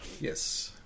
Yes